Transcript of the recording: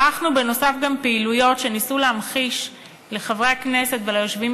ערכנו גם פעילויות שניסו להמחיש לחברי הכנסת וליושבים